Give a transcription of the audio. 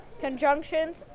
conjunctions